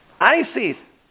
ISIS